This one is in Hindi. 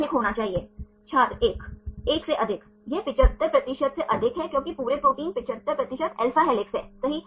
स्टूडेंट 310 हेलिक्स वहीं 310 हेलिक्स कहलाता है सही